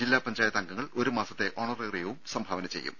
ജില്ലാ പഞ്ചായത്ത് അംഗങ്ങൾ ഒരു മാസത്തെ ഓണറേറിയവും സംഭാവന ചെയ്യും